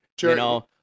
Sure